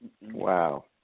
Wow